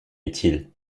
utile